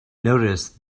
noticed